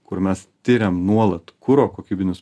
kur mes tiriam nuolat kuro kokybinius